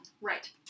right